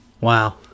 Wow